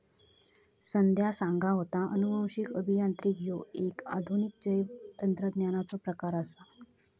संध्या सांगा होता, अनुवांशिक अभियांत्रिकी ह्यो एक आधुनिक जैवतंत्रज्ञानाचो प्रकार आसा